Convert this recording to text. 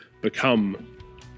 become